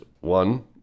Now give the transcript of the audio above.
one